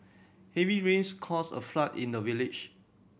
heavy rains caused a flood in the village